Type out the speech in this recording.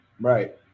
Right